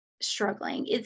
struggling